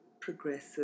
progressive